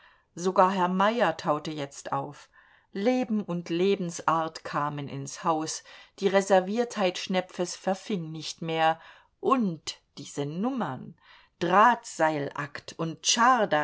sogar herr meyer taute jetzt auf leben und lebensart kamen ins haus die reserviertheit schnepfes verfing nicht mehr und diese nummern drahtseilakt und